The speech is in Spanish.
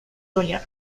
junior